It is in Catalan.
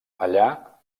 allà